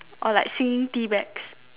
or like singing tea bags